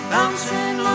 Bouncing